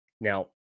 Now